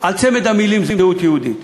על צמד המילים "זהות יהודית".